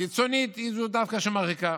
הקיצונית, דווקא מרחיקה.